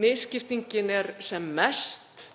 misskiptingin er sem mest